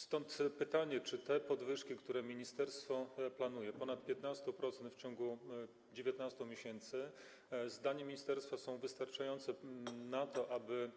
Stąd pytanie: Czy te podwyżki, które ministerstwo planuje, ponad 15% w ciągu 19 miesięcy, zdaniem ministerstwa są wystarczające na to, aby